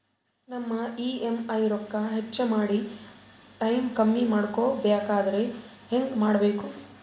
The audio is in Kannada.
ನಮ್ಮ ಇ.ಎಂ.ಐ ರೊಕ್ಕ ಹೆಚ್ಚ ಮಾಡಿ ಟೈಮ್ ಕಮ್ಮಿ ಮಾಡಿಕೊ ಬೆಕಾಗ್ಯದ್ರಿ ಹೆಂಗ ಮಾಡಬೇಕು?